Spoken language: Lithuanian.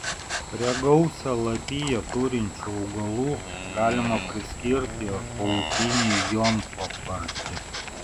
prie gausią lapiją turinčių augalų galima priskirti ir paupinį jonpapartį